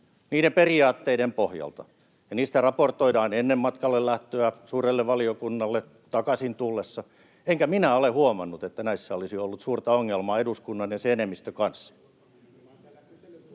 niiden periaatteiden pohjalta, ja niistä raportoidaan ennen matkalle lähtöä suurelle valiokunnalle, takaisin tullessa, enkä minä ole huomannut, että näissä olisi ollut suurta ongelmaa eduskunnan ja sen enemmistön kanssa.